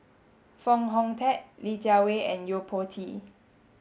Foo Hong Tatt Li Jiawei and Yo Po Tee